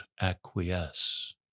acquiesce